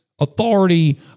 authority